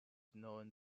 known